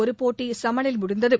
ஒரு போட்டி சமனில் முடிவடைந்தது